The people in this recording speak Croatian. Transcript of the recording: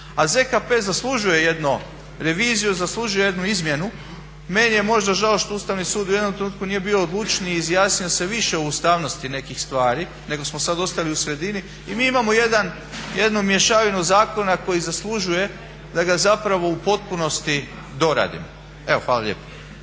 A ZKP zaslužuje jednu reviziju, zaslužuje jednu izmjenu. Meni je možda žao što Ustavni sud u jednom trenutku nije bio odlučniji i izjasnio se više o ustavnosti nekih stvari nego smo sad ostali u sredini. Mi imamo jednu mješavinu zakona koji zaslužuje da ga zapravo u potpunosti doradimo. Evo, hvala lijepo.